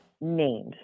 names